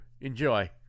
Enjoy